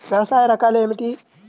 వ్యవసాయ రకాలు ఏమిటి?